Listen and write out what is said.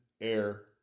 air